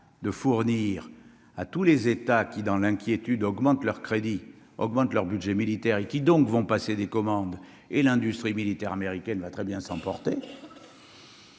de fournir à tous les États qui, dans l'inquiétude augmentent leurs crédits augmentent leurs Budgets militaires et qui donc vont passer des commandes et l'industrie militaire américaine va très bien s'emporter.